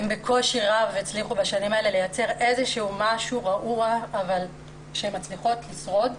בקושי רב הן הצליחו בשנים האלה לייצר איזה משהו והן מצליחות לשרוד.